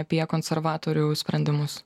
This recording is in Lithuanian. apie konservatorių sprendimus